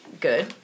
Good